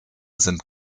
sind